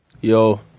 Yo